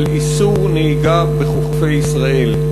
על איסור נהיגה בחופי ישראל.